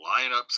lineups